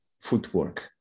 footwork